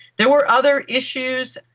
there were other issues.